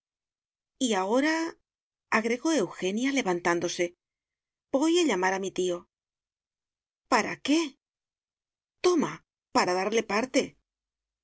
y ahoraagregó eugenia levantándosevoy a llamar a mi tío para qué toma para darle parte